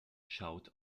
schaut